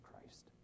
Christ